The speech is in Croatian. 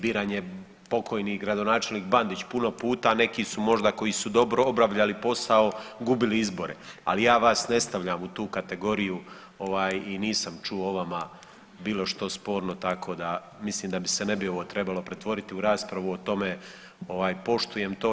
Biran je pokojni gradonačelnik Bandić puno puta, a neki su možda koji su dobro obavljali posao gubili izbore, ali ja vas ne stavljam u tu kategoriju ovaj i nisam čuo o vama bilo što sporno tako da mislim da se ovo ne bi trebalo pretvoriti u raspravu o tome, ovaj poštujem to.